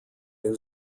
new